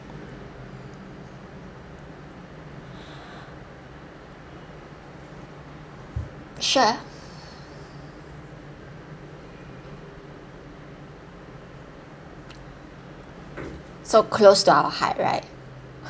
sure so close to our heart right